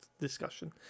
discussion